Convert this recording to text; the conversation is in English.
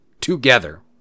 together